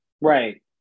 right